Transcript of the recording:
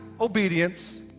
obedience